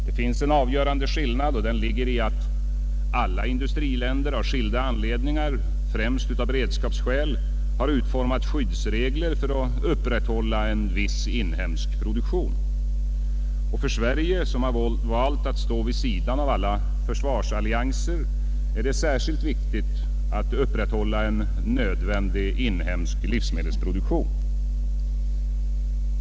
Det finns emellertid en avgörande skillnad, och den ligger däri att alla industriländer av skilda anledningar — främst beredskapsskäl — har utformat skyddsregler för att upprätthålla en viss inhemsk produktion. För Sverige, som har valt att stå vid sidan av alla försvarsallianser, är det särskilt viktigt att upprätthålla en nödvändig inhemsk livsmedelsproduktion.